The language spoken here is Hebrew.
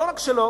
לא רק שלו,